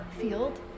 field